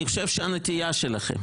אני חושב שהנטייה שלכם,